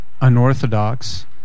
unorthodox